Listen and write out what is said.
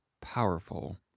powerful